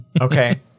Okay